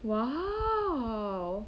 !wow!